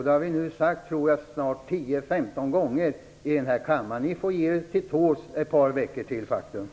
Det har vi snart sagt 10-15 gånger i den här kammaren. Ni får ge er till tåls ett par veckor till faktiskt.